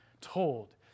told